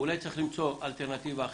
אולי צריך למצוא אלטרנטיבה אחרת.